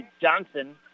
Johnson